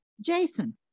Jason